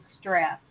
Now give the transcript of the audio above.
stress